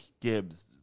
Gibbs